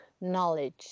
knowledge